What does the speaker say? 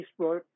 Facebook